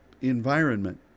environment